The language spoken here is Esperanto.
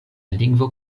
lingvo